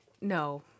No